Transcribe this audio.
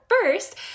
first